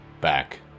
back